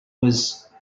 was